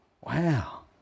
Wow